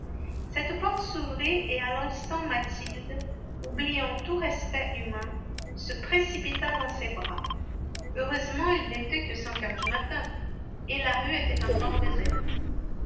cette porte s'ouvrit et à l'instant mathilde oubliant tout respect humain se précipita dans ses bras heureusement il n'était que cinq heures du matin et la rue était encore déserte